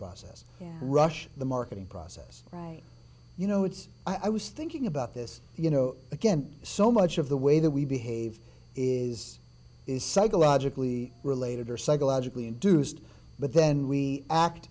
process rush the marketing process right you know it's i was thinking about this you know again so much of the way that we behave is is psychologically related or psychologically induced but then we act